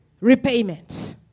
repayment